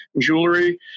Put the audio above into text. jewelry